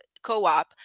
co-op